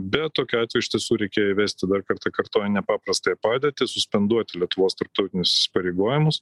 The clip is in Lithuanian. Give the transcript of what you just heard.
bet tokiu atveju iš tiesų reikėjo įvesti dar kartą kartoju nepaprastąją padėtį suspenduoti lietuvos tarptautinius įsipareigojimus